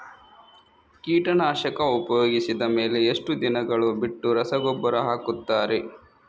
ಕೀಟನಾಶಕ ಉಪಯೋಗಿಸಿದ ಮೇಲೆ ಎಷ್ಟು ದಿನಗಳು ಬಿಟ್ಟು ರಸಗೊಬ್ಬರ ಹಾಕುತ್ತಾರೆ?